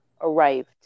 arrived